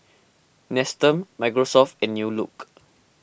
Nestum Microsoft and New Look